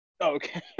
Okay